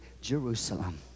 Jerusalem